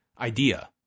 idea